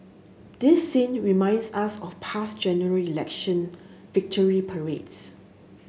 this scene reminds us of past General Election victory parades